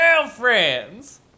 girlfriends